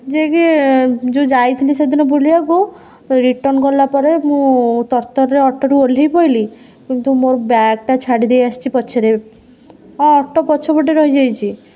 ଯେ କି ଯେଉଁ ଯାଇଥିଲି ସେଦିନ ବୁଲିବାକୁ ରିଟର୍ଣ୍ଣ କଲାପରେ ମୁଁ ତରତରରେ ଅଟୋରୁ ଓହ୍ଲେଇ ପଡ଼ିଲି କିନ୍ତୁ ମୋର ବ୍ୟାଗଟା ଛାଡ଼ିଦେଇ ଆସିଛି ପଛରେ ହଁ ଅଟୋ ପଛପଟେ ରହିଯାଇଛି